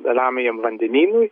ramiajam vandenynui